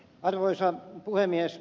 arvoisa puhemies